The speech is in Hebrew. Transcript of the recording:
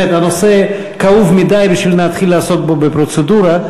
באמת הנושא כאוב מדי בשביל שנתחיל לעסוק בו בפרוצדורה,